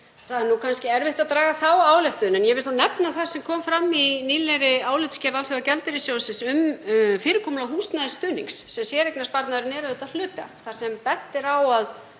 Það er kannski erfitt að draga þá ályktun en ég vil þó nefna það sem kom fram í nýlegri álitsgerð Alþjóðagjaldeyrissjóðsins um fyrirkomulag húsnæðisstuðnings, sem séreignarsparnaðurinn er auðvitað hluti af, þar sem bent er á að